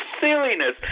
silliness